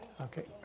Okay